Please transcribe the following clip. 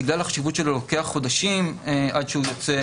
בגלל החשיבות שלו לוקח חודשים עד שהוא יוצא